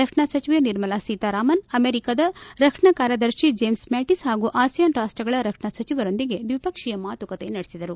ರಕ್ಷಣಾ ಸಚಿವೆ ನಿರ್ಮಲಾ ಸೀತಾರಾಮನ್ ಅಮೆರಿಕ ರಕ್ಷಣಾ ಕಾರ್ಯದರ್ತಿ ಜೇಮ್ಸ್ ಮ್ಯಾಟಿಸ್ ಹಾಗೂ ಅಸಿಯಾನ್ ರಾಷ್ಷಗಳ ರಕ್ಷಣಾ ಸಚಿವರೊಂದಿಗೆ ದ್ವಿಪಕ್ಷೀಯ ಮಾತುಕತೆ ನಡೆಸಿದರು